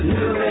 New